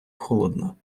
холодно